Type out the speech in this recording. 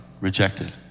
rejected